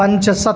पञ्चाशत्